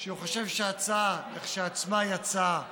שהוא חושב שההצעה כשלעצמה היא הצעה טובה,